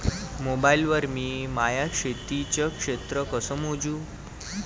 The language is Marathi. मोबाईल वर मी माया शेतीचं क्षेत्र कस मोजू?